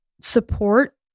support